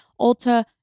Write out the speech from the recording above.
Ulta